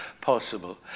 possible